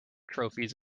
trophies